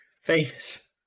famous